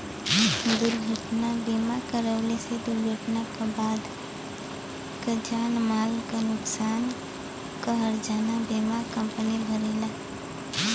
दुर्घटना बीमा करवले से दुर्घटना क बाद क जान माल क नुकसान क हर्जाना बीमा कम्पनी भरेला